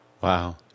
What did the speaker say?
Wow